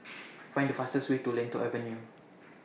Find The fastest Way to Lentor Avenue